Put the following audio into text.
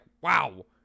wow